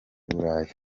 burayi